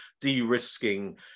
De-risking